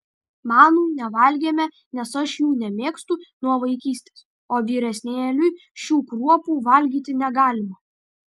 manų nevalgėme nes aš jų nemėgstu nuo vaikystės o vyresnėliui šių kruopų valgyti negalima